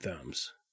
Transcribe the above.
thumbs